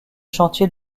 chantier